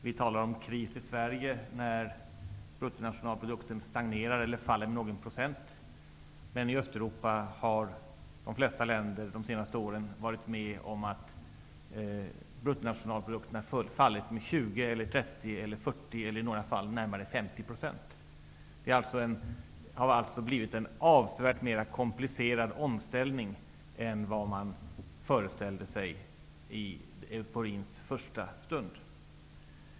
Vi talar om kris i Sverige när bruttonationalprodukten stagnerar eller faller med några procent. Men i Östeuropa har de flesta länder de senaste åren varit med om att bruttonationalprodukterna fallit med 20 %, 30 %, 40 % och i några fall med närmare 50 %. Det har alltså blivit en avsevärt mer komplicerad omställning än vad man föreställde sig i euforins första stund.